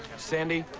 sandy,